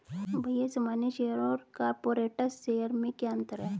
भैया सामान्य शेयर और कॉरपोरेट्स शेयर में क्या अंतर है?